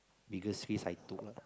biggest risk I took lah